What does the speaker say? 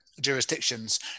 jurisdictions